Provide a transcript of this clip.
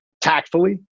tactfully